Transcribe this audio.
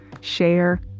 share